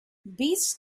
beasts